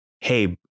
hey